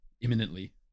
Imminently